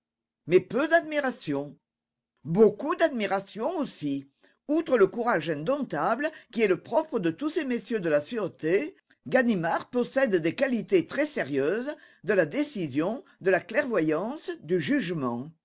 mais peu d'admiration beaucoup d'admiration aussi outre le courage indomptable qui est le propre de tous ces messieurs de la sûreté ganimard possède des qualités très sérieuses de la décision de la clairvoyance du jugement